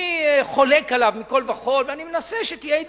אני חולק עליו מכול וכול ואני מנסה שתהיה הידברות.